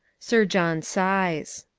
sir john sighs.